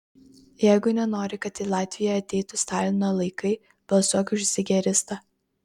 jeigu nenori kad į latviją ateitų stalino laikai balsuok už zigeristą